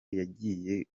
yagiye